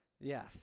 Yes